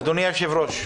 אדוני היושב-ראש,